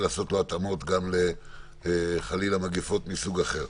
לעשות לו התאמות גם למגפות מסוג אחר,